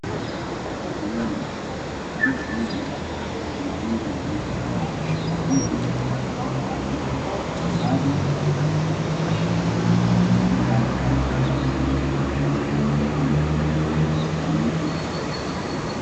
Ni ufuoni. Mbali zaidi kuna mawingu meupe. Mbingu ni samawati, bahari, mtu kando ya mchanga mweupe. Kando kuna miti mirefu.